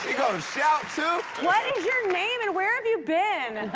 gonna shout too? what is your name and where have you been?